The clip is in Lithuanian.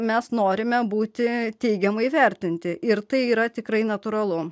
mes norime būti teigiamai įvertinti ir tai yra tikrai natūralu